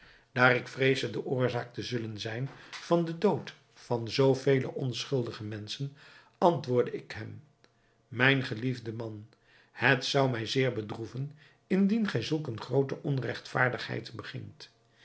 daar ik vreesde de oorzaak te zullen zijn van den dood van zoo vele onschuldige menschen antwoordde ik hem mijn geliefde man het zou mij zeer bedroeven indien gij zulk eene groote onregtvaardigheid begingt